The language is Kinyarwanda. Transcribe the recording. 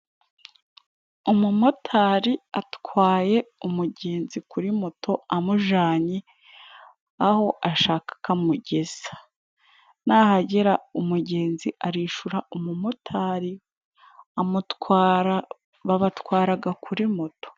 Umumotari atwaye umugenzi kuri moto, amujanye aho ashaka ko amugeza. Nahagera. umugenzi arishura umumotari, babatwaraga kuri moto.